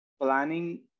planning